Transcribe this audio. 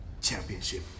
Championship